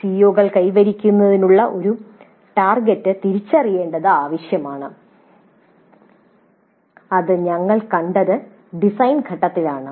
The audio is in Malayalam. സിഒകൾ കൈവരിക്കുന്നതിനുള്ള ഒരു ടാർഗെറ്റ് തിരിച്ചറിയേണ്ടത് ആവശ്യമാണ് ഇത് ഞങ്ങൾ കണ്ടത് ഡിസൈൻ ഘട്ടത്തിലാണ്